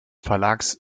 verlags